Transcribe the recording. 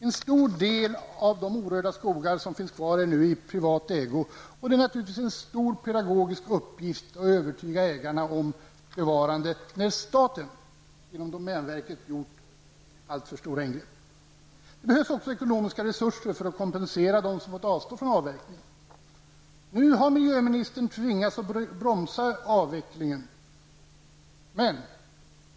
En stor del av de orörda skogar som finns kvar är i privat ägo. Det är naturligtvis en stor pedagogisk uppgift att övertyga ägarna om bevarande, när staten genom domänverket gjort alltför stora ingrepp. Det behövs också ekonomiska resurser för att kompensera dem som har fått avstå från avverkning. Nu har miljöministern tvingats att bromsa utvecklingen.